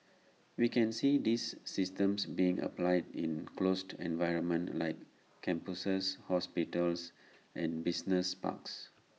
we can see these systems being applied in closed environments like campuses hospitals and business parks